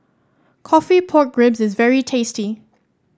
coffee Pork Ribs is very tasty